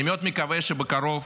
אני מאוד מקווה שבקרוב